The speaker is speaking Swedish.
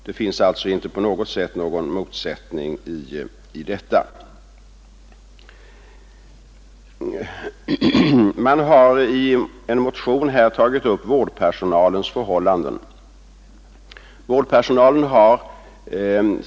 Det finns alltså inte på något sätt någon motsättning i detta. Man har i en motion tagit upp vårdpersonalens förhållanden.